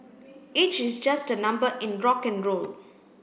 age is just a number in rock N roll